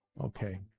okay